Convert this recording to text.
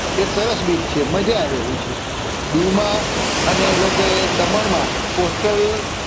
એ સરસ બીચ છે મજા આવે એવું છે દીવમાં અને એ લોકોએ દમણમાં કોસ્ટલ